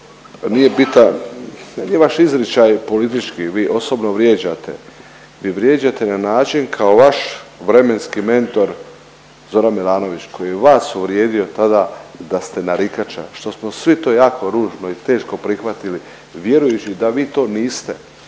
Orešković nije vaš izričaj politički, vi osobno vrijeđate. Vi vrijeđate na način kao vaš vremenski mentor Zoran Milanović koji je vas uvrijedio tada da ste narikača što smo svi to jako ružno i teško prihvatili vjerujući da vi to niste,